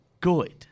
good